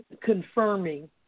confirming